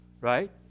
right